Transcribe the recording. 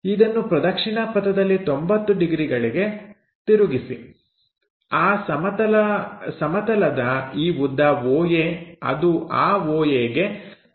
ಇದನ್ನು ಪ್ರದಕ್ಷಿಣಾ ಪಥದಲ್ಲಿ 90 ಡಿಗ್ರಿಗಳಿಗೆ ತಿರುಗಿಸಿ ಆ ಸಮತಲದ ಈ ಉದ್ದ oa ಅದು ಆ oa ಗೆ ಸಮವಾಗಿರುತ್ತದೆ